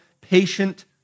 patient